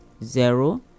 Zero